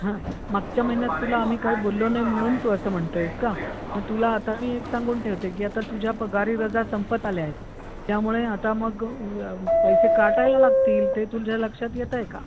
हां मागच्या महिन्यात तुला आम्ही काय बोललो नाही म्हणून तो असं म्हणतो आहेस का मग तुला आता मी एक सांगून ठेवते की आता तुझ्या पगारी रजा संपत आल्या आहेत त्यामुळे आता मग पैसे काटायला लागतील ते तुझ्या लक्षात येत आहे का